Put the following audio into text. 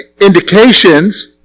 indications